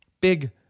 big